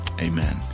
Amen